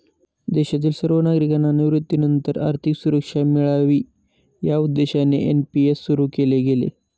देशातील सर्व नागरिकांना निवृत्तीनंतर आर्थिक सुरक्षा मिळावी या उद्देशाने एन.पी.एस सुरु केले गेले